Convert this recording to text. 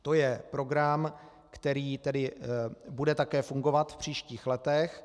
To je program, který tedy bude také fungovat v příštích letech.